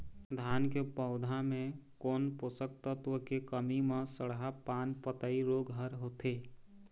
धान के पौधा मे कोन पोषक तत्व के कमी म सड़हा पान पतई रोग हर होथे?